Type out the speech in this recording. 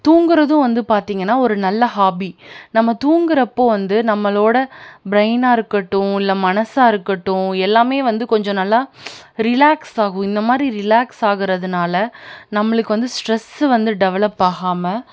தூங்கறதும் வந்து பார்த்திங்கன்னா ஒரு நல்ல ஹாபி நம்ம தூங்குறப்போது வந்து நம்மளோடய ப்ரைனாக இருக்கட்டும் இல்லை மனசாக இருக்கட்டும் எல்லாமே வந்து கொஞ்சம் நல்லா ரிலாக்ஸ் ஆகும் இந்தமாதிரி ரிலாக்ஸ் ஆகிறதுனால நம்மளுக்கு வந்து ஸ்ட்ரெஸ் வந்து டெவலப் ஆகாமல்